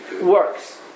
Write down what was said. works